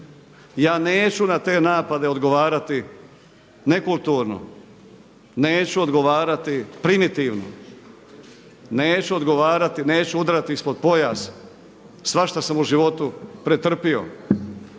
Ja neću na te napade odgovarati nekulturno, neću odgovarati primitivno, neću odgovarati, neću udarati ispod pojasa, svašta sam u životu pretrpio.